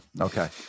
Okay